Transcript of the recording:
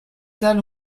salles